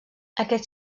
aquest